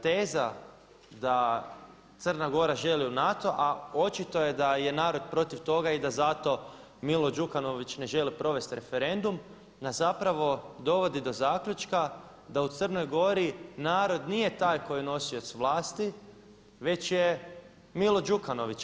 Teza da Crna Gora želi u NATO, a očito je da je narod protiv toga i da zato Milo Đukanović ne želi provest referendum nas zapravo dovodi do zaključka da u Crnoj Gori narod nije taj koji je nosioc vlasti već je Milo Đukanović.